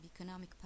economic